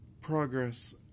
Progress